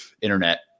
internet